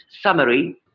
summary